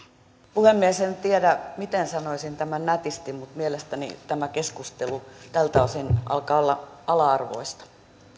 puhemies en tiedä miten sanoisin tämän nätisti mutta mielestäni tämä keskustelu tältä osin alkaa olla ala arvoista